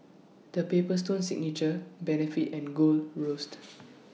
The Paper Stone Signature Benefit and Gold Roast